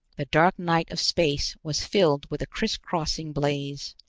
the dark night of space was filled with a crisscrossing blaze.